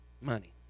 Money